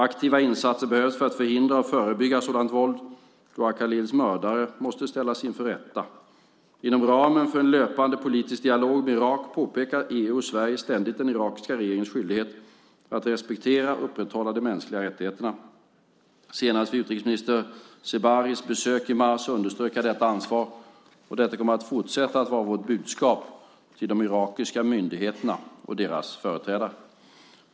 Aktiva insatser behövs för att förhindra och förebygga sådant våld. Dua Khalils mördare måste ställas inför rätta. Inom ramen för en löpande politisk dialog med Irak påpekar EU och Sverige ständigt den irakiska regeringens skyldighet att respektera och upprätthålla de mänskliga rättigheterna. Senast vid utrikesminister Zebaris besök i mars underströk jag detta ansvar, och detta kommer att fortsätta att vara vårt budskap till de irakiska myndigheterna och deras företrädare.